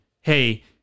Hey